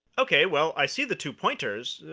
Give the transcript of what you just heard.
ok, well, i see the two pointers.